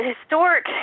historic